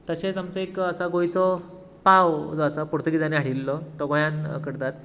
तशेंच आमचें एक आसा गोंयचो पाव जो आसा पुर्तुगीजांनी हाडिल्लो तो गोंयात करतात